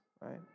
right